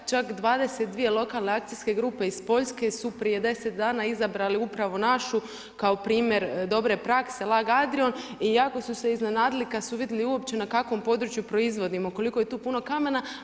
Čak 22 lokalne akcijske grupe iz Poljske su prije 10 dana izabrali upravo našu kao primjer dobre prakse LAGAdrion i jako su se iznenadili kad su vidjeli uopće na kakvom području proizvodimo, koliko je tu puno kamena.